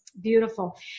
Beautiful